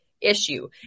issue